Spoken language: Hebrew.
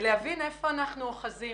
ומבקשת להבין היכן אנחנו אוחזים.